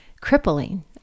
crippling